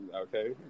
Okay